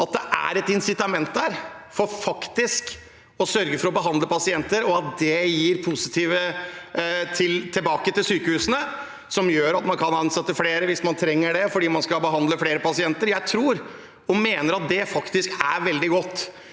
det er et insitament der til å sørge for å behandle pasienter og at det gir noe positivt tilbake til sykehusene, som kan ansette flere hvis man trenger det, fordi man skal behandle flere pasienter. Jeg tror og mener at det faktisk er veldig godt.